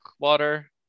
water